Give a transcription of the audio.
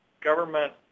government